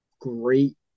great